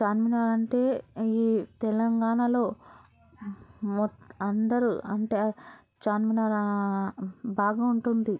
చార్మినార్ అంటే ఈ తెలంగాణలో అందరూ అంటే చార్మినార్ బాగ ఉంటుంది